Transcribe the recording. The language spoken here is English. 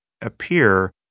appear